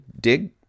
dig